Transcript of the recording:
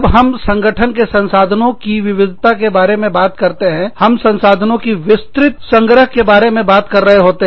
जब हम संगठन के संसाधनों की वीरता के बारे में बात करते हैं हम संसाधनों के विस्तृत संग्रह के बारे में बात कर रहे होते